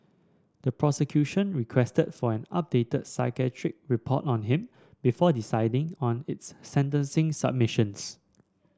the prosecution requested for an updated psychiatric report on him before deciding on its sentencing submissions